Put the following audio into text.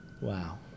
wow